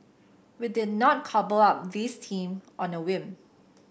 we did not cobble up this team on a whim